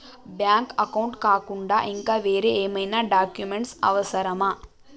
Bank account కాకుండా ఇంకా వేరే ఏమైనా డాక్యుమెంట్స్ అవసరమా?